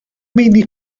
meini